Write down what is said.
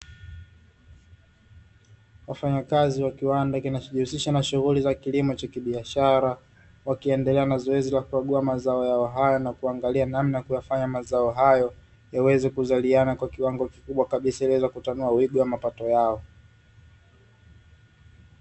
Wafanyakazi wa kiwanda kinachojihusisha na shuguli za kilimo cha kibiashara, wakiendelea na zoezi la kukagua mazao yao haya na kuangalia namna ya kuyafanya mazao hayo yaweze kuzaliana kwa kiwango kikubwa kabisa, ili kuweza kutanua wigo wa mapato yao.